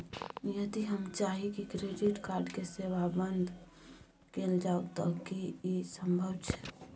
यदि हम चाही की क्रेडिट कार्ड के सेवा बंद कैल जाऊ त की इ संभव छै?